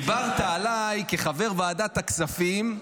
דיברת עליי כחבר ועדת הכספים,